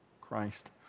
Christ